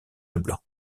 leblanc